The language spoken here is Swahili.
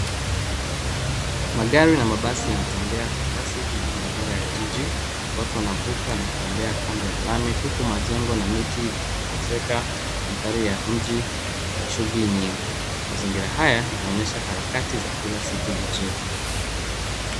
Magari na mabasi yanatembea kwa kasi sana kwenye barabara ya jiji. Watu wanavuka na kutembea kando ya lami huku majengo na miti yakiongezeka na maanthari ya mji wenye shughuli nyingi. Mazingira haya yanaonyesha harakati za kila siku jijini.